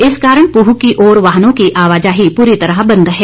इस कारण पूह की ओर वाहनों की आवाजाही पूरी तरह बंद है